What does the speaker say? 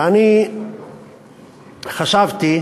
ואני חשבתי